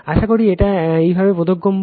আশা করি এটি একইভাবে বোধগম্য